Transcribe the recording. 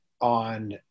on